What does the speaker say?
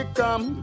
come